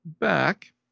Back